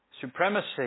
supremacy